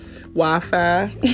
Wi-Fi